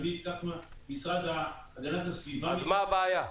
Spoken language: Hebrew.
ככה המשרד להגנת הסביבה -- אז מה הבעיה?